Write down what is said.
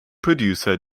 producer